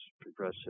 progressive